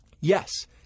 Yes